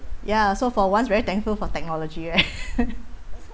ya so for once very thankful for technology right